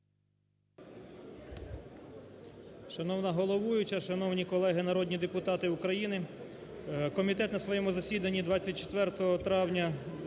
Шановна головуюча, шановні колеги народні депутати України! Комітет на своєму засіданні 24 травня